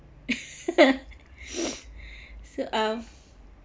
so uh